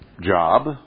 job